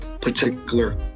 particular